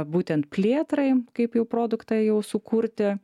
būtent plėtrai kaip jau produktą jau sukurti